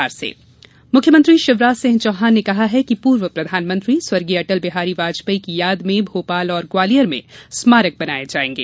सरकार निर्णय मुख्यमंत्री शिवराज सिंह चौहान ने कहा है कि पूर्व प्रधानमंत्री स्वर्गीय अटल बिहारी वाजपेयी की याद में भोपाल और ग्वालियर में भव्य स्मारक बनाये जायेंगे